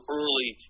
early